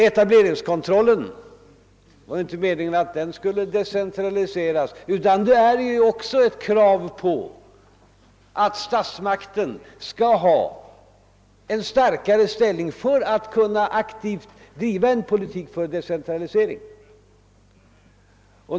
Etableringskontrollen leder också till ett krav på en starkare ställning för stats makten för att denna aktivt skall kunna driva en politik för decentralisering.